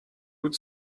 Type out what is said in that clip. root